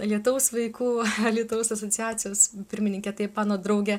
lietaus vaikų alytaus asociacijos pirmininkė taip mano draugė